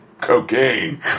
cocaine